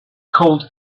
called